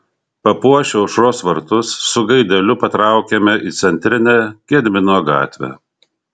papuošę aušros vartus su gaideliu patraukėme į centrinę gedimino gatvę